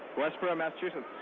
westborough, massachusetts.